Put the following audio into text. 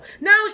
No